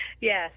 yes